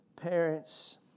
parents